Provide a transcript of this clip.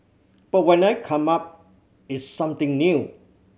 but when I come up it's something new